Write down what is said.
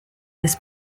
this